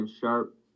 Sharp